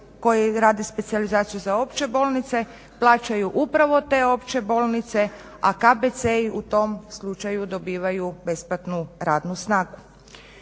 koje rade specijalizaciju za opće bolnice plaćaju upravo te opće bolnice, a KBC-i u tom slučaju dobivaju besplatnu radnu snagu.